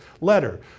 letter